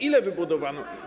Ile wybudowano?